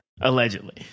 Allegedly